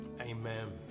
Amen